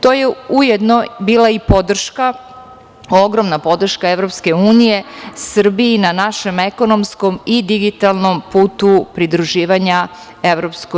To je ujedno bila i podrška, ogromna podrška EU Srbiji na našem ekonomskom i digitalnom putu pridruživanja EU.